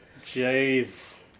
Jeez